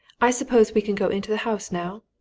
i suppose we can go into the house now?